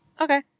Okay